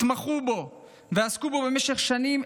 התמחו בו ועסקו בו במשך שנים,